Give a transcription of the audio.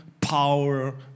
power